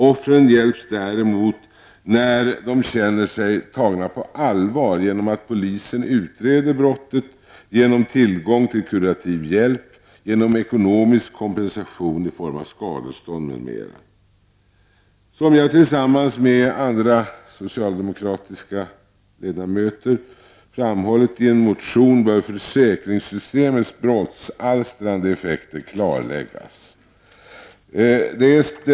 Offren hjälps däremot när de känner sig tagna på allvar, genom att polisen utreder brotten, genom tillgång till kurativ hjälp, genom ekonomisk kompensation i form av skadestånd m.m. Som jag tillsammans med andra socialdemokratiska ledamöter framhållit i en motion bör försäkringssystemets brottsalstrande effekter klarläggas.